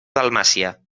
dalmàcia